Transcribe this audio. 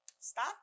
stop